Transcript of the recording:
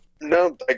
No